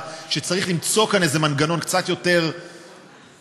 שצריך למצוא כאן איזה מנגנון קצת יותר מגוון,